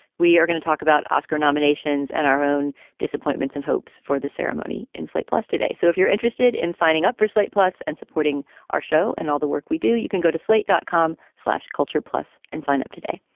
we are going to talk about oscar nominations and our own disappointments and hopes for the ceremony in slate plus today. so if you're interested in signing up for slate plus and supporting our show and all the work we do, you can go to slate dot com, slash culture plus and sign up today.